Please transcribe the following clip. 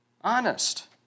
honest